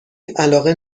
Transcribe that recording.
علاقه